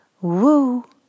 Woo